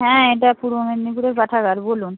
হ্যাঁ এটা পূর্ব মেদিনীপুরের পাঠাগার বলুন